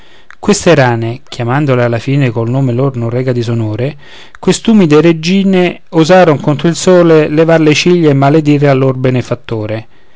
queste rane chiamandole alla fine col nome lor non reca disonore quest'umide regine osaron contro il sol levar le ciglia e maledire al lor benefattore